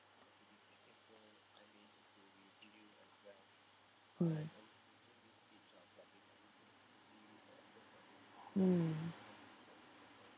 mm mm